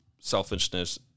selfishness